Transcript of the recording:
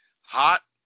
Hot